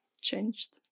changed